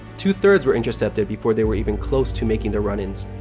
two-thirds were intercepted before they were even close to making their run-ins.